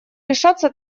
решаться